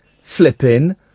flipping